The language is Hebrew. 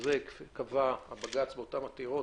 זה כפי שקבע הבג"ץ באותן העתירות,